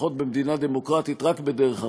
לפחות במדינה דמוקרטית, רק בדרך אחת,